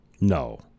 No